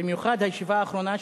במיוחד הישיבה האחרונה,